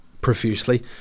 profusely